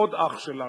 עוד אח שלנו.